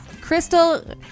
Crystal